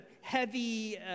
heavy